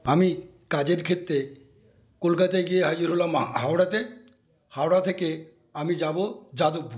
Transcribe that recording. আমি কাজের ক্ষেত্রে কলকাতায় গিয়ে হাজির হলাম হাওড়াতে হাওড়া থেকে আমি যাব যাদবপুর